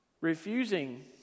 refusing